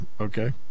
Okay